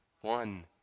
One